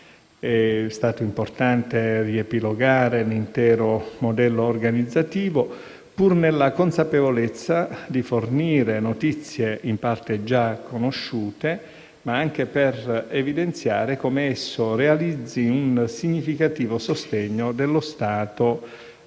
È stato importante riepilogare l'intero modello organizzativo, pur nella consapevolezza di fornire notizie in parte già conosciute, per evidenziare come esso realizzi un significativo sostegno dello Stato ai